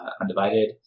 Undivided